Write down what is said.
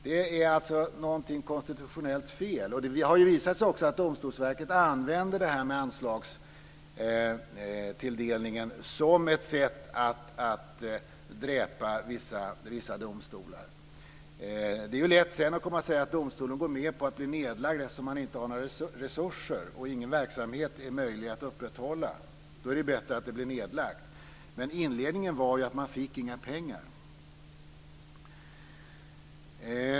Det är alltså något konstitutionellt fel. Det har också visat sig att Domstolsverket använder anslagstilldelningen som ett sätt att dräpa vissa domstolar. Det är lätt att sedan komma och säga att domstolen går med på att bli nedlagd, eftersom man inte har några resurser och ingen verksamhet är möjlig att upprätthålla. Då är det ju bättre att den blir nedlagd. Men inledningen var ju att man inte fick några pengar.